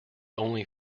only